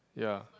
ya